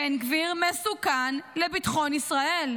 בן גביר מסוכן לביטחון ישראל.